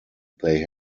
they